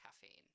caffeine